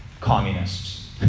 communists